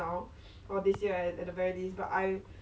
so it makes me a bit scared lah so